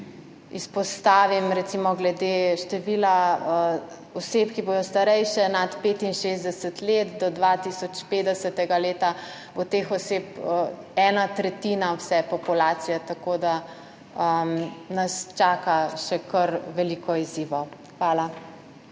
samo številke recimo glede števila oseb, ki bodo starejše nad 65 let, do leta 2050 bo teh oseb ena tretjina vse populacije, tako da nas čaka še kar veliko izzivov. Hvala.